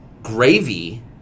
Gravy